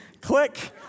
click